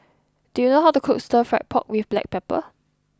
do you know how to cook Stir Fried Pork with Black Pepper